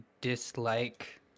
dislike